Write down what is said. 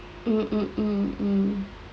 mm mm mm mm